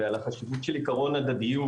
על החשיבות של עיקרון ההדדיות,